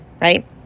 right